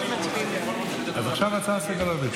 אז עכשיו ההצעה של סגלוביץ'.